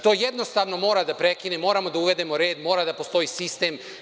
To jednostavno mora da se prekine, moramo da uvedemo red, mora da postoji sistem.